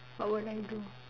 what would I do